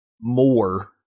more